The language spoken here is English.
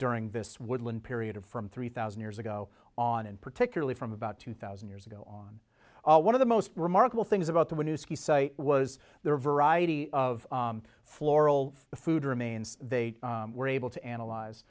during this woodland period from three thousand years ago on and particularly from about two thousand years ago on one of the most remarkable things about the one you see site was their variety of floral the food remains they were able to analyze